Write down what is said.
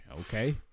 okay